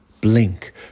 blink